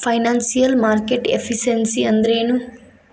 Financial market efficiency ಅಂದ್ರೇನು?